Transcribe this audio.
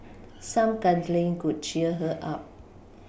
some cuddling could cheer her up